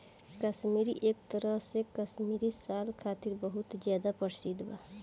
काश्मीर एक तरह से काश्मीरी साल खातिर बहुत ज्यादा प्रसिद्ध बा